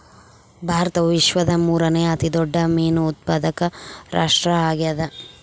ಭಾರತವು ವಿಶ್ವದ ಮೂರನೇ ಅತಿ ದೊಡ್ಡ ಮೇನು ಉತ್ಪಾದಕ ರಾಷ್ಟ್ರ ಆಗ್ಯದ